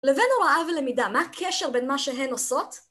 לבין הוראה ולמידה, מה הקשר בין מה שהן עושות?